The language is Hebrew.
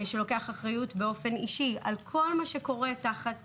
שלוקח אחריות באופן אישי על כל מה שקורה תחת